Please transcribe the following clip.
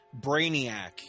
Brainiac